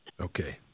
Okay